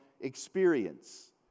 experience